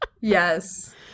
Yes